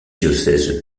diocèses